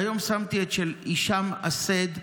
והיום שמתי את של הישאם א-סייד,